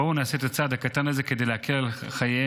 בואו נעשה את זה צעד הקטן הזה כדי להקל על חייהם